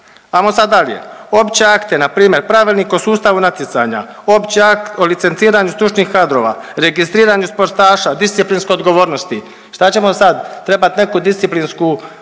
ajmo sad dalje, opće akte, npr. Pravilnik o sustavu natjecanja, opći akt o licenciranju stručnih kadrova, registriranih sportaša, disciplinske odgovornosti. Šta ćemo sad? Trebat neku disciplinsku mjeru